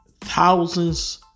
thousands